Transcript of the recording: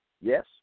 Yes